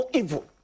evil